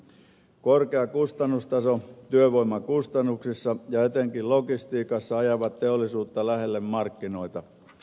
korkea kustannustaso työvoimakustannuksissa ja etenkin logistiikassa ajaa teollisuutta lähelle markkinoita